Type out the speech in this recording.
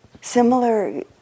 similar